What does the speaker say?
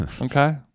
Okay